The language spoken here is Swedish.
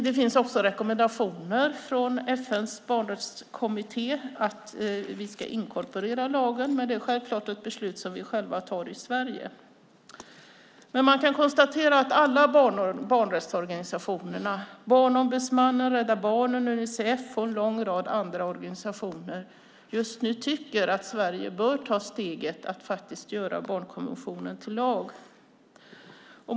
Det finns också rekommendationer från FN:s barnrättskommitté om att Sverige ska inkorporera barnkonventionen i lagen. Detta är självfallet ett beslut som vi fattar i Sverige. Men man kan konstatera att alla barnrättsorganisationer - Barnombudsmannen, Rädda Barnen, Unicef och en lång rad andra - just nu tycker att Sverige bör ta steget att göra barnkonventionen till lag.